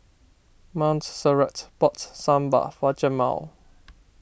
Montserrat bought Sambar for Jamaal